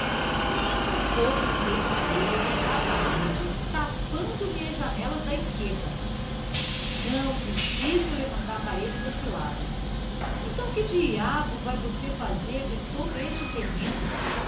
nem tampouco lhe deixarei levantar parede tapando me as janelas da esquerda não preciso levantar parede desse lado então que diabo vai você fazer de todo este terreno